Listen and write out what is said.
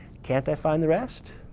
can't i find the rest?